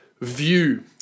view